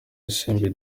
isimbi